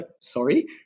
sorry